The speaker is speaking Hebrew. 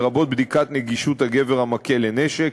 לרבות בדיקת נגישות הגבר המכה לנשק.